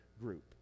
group